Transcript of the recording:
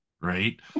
Right